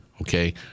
Okay